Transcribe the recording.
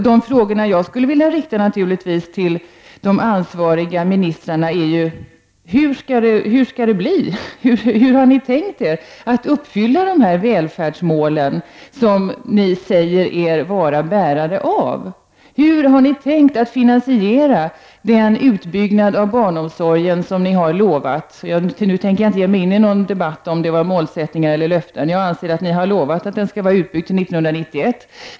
De frågor som jag skulle vilja rikta till de ansvariga ministrarna är följande: Hur skall det bli? Hur har ni tänkt uppfylla de välfärdsmål som ni säger er vara förespråkare för? Hur har ni tänkt finansiera den utbyggnad av barnomsorgen som ni har lovat? Jag tänker inte nu ge mig in i någon debatt om huruvida det handlar om målsättning eller löfte. Jag anser att regeringen har lovat att barnomsorgen skall vara utbyggd till 1991.